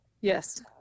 Yes